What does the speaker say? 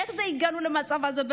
איך הגענו למצב הזה?